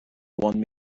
want